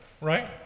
right